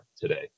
today